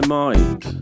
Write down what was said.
mind